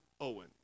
Owen